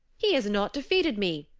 he has not defeated me,